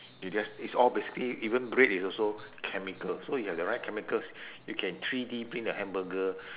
you just it's all basically even bread is also chemical so if you have the right chemicals you can three D print a hamburger